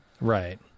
Right